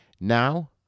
Now